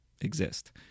exist